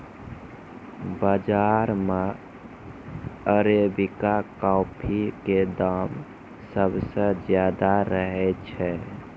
बाजार मॅ arabica coffee के दाम सबसॅ ज्यादा रहै छै